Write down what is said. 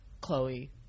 Chloe